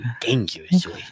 dangerously